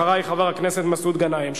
אחרייך, חבר הכנסת מסעוד גנאים.